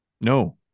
No